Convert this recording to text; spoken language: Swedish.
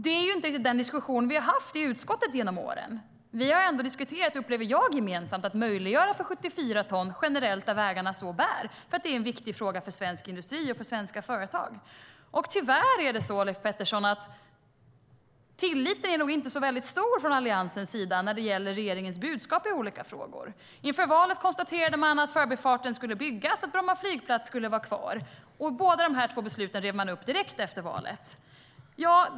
Det är inte riktigt den diskussion vi har haft i utskottet genom åren. Jag upplever att vi gemensamt har diskuterat att möjliggöra för 74 ton generellt, där vägarna så bär, eftersom det är en viktig fråga för svensk industri och för svenska företag. Tyvärr är nog inte tilliten så väldigt stor från Alliansens sida, Leif Pettersson, när det gäller regeringens budskap i olika frågor. Inför valet konstaterade man att Förbifarten skulle byggas och att Bromma flygplats skulle vara kvar. Båda dessa beslut rev man upp direkt efter valet.